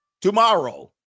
Tomorrow